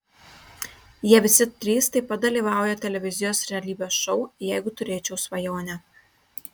jie visi trys taip pat dalyvauja televizijos realybės šou jeigu turėčiau svajonę